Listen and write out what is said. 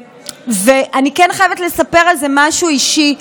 אני כן חייבת לספר על זה משהו אישי.